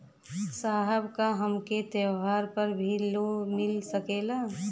साहब का हमके त्योहार पर भी लों मिल सकेला?